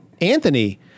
Anthony